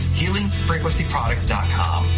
healingfrequencyproducts.com